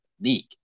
league